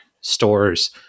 stores